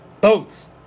boats